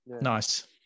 Nice